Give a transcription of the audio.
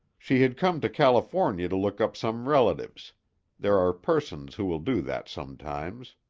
she had come to california to look up some relatives there are persons who will do that sometimes.